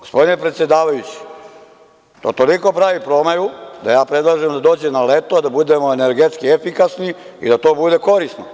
Gospodine predsedavajući, on toliko pravi promaju, da ja predlažem da dođe na leto, da bude energetski efikasni i da to bude korisno.